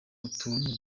utuntu